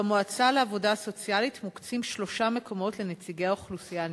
במועצה לעבודה סוציאלית מוקצים שלושה מקומות לנציגי האוכלוסייה הנזקקת,